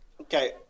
Okay